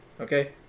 okay